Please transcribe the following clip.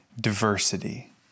diversity